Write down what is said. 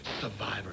survivor